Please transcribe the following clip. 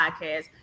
podcast